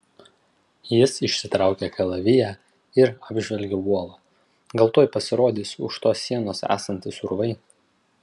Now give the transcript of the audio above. jis išsitraukė kalaviją ir apžvelgė uolą gal tuoj pasirodys už tos sienos esantys urvai